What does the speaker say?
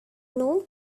know